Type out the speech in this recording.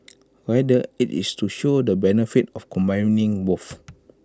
rather IT is to show the benefits of combining both